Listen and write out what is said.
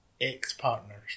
ex-partners